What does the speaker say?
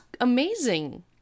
amazing